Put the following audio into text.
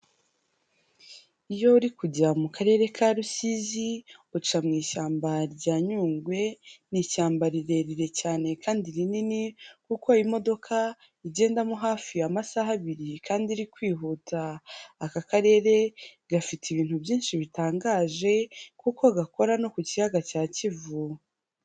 Iyo uri kujya mu Karere ka Rusizi uca mu ishyamba rya Nyungwe, ni ishyamba rirerire cyane kandi rinini kuko imodoka igendamo hafi amasaha abiri kandi iri kwihuta. Aka Karere gafite ibintu byinshi bitangaje kuko gakora no ku Kiyaga cya Kivu.